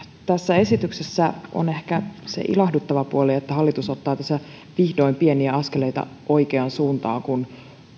tässä esityksessä on ehkä se ilahduttava puoli että hallitus ottaa tässä vihdoin pieniä askeleita oikeaan suuntaan kun